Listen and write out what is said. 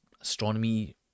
astronomy